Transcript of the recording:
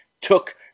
took